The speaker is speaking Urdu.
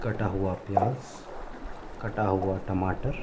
کٹا ہوا پیاز کٹا ہوا ٹماٹر